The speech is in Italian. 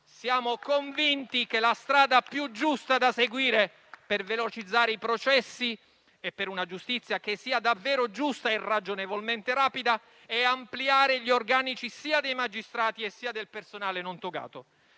Siamo convinti che la strada più giusta da seguire per velocizzare i processi e per una giustizia davvero giusta e ragionevolmente rapida sia ampliare gli organici dei magistrati, e del personale non togato.